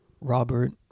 Robert